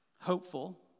hopeful